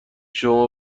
شما